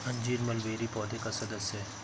अंजीर मलबेरी पौधे का सदस्य है